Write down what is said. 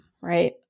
right